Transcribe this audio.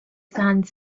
sands